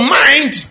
mind